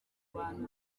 bantu